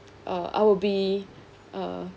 uh I'll be uh